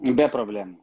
be problemų